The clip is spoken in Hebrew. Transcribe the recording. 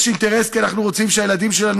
יש אינטרס כי אנחנו רוצים שהילדים שלנו